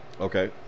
okay